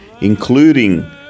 including